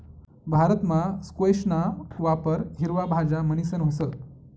भारतमा स्क्वैशना वापर हिरवा भाज्या म्हणीसन व्हस